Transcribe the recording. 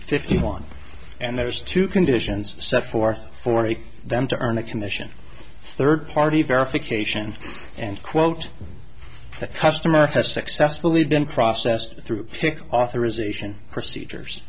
fifty one and there is two conditions set for for them to earn a commission third party verification and quote the customer has successfully been processed through authorization procedures